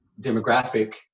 demographic